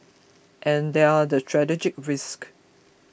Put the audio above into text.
and there are the strategic risks